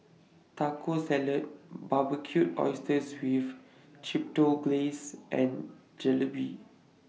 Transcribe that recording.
Taco Salad Barbecued Oysters with Chipotle Glaze and Jalebi